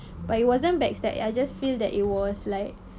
but it wasn't backstab I just feel that it was like